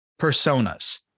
personas